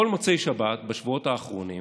כל מוצאי שבת בשבועות האחרונים